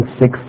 six